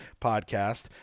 podcast